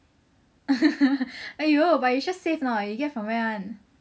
!aiyo! but you sure safe or not you get from where [one]